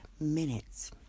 minutes